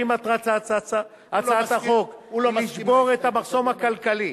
שאם מטרת הצעת החוק היא לשבור את המחסום הכלכלי